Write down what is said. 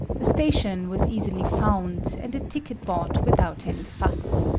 the station was easily found, and a ticket bought without any fuss.